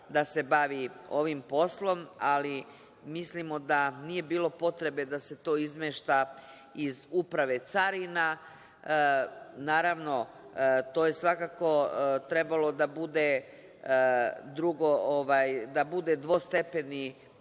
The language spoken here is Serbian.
da se bavi ovim poslom, ali, mislimo da nije bilo potrebe da se to izmešta iz Uprave carina. Naravno, to je svakako trebalo da bude dvostepeni